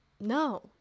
no